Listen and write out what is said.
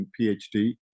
PhD